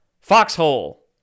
Foxhole